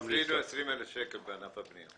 אצלנו בענף הבנייה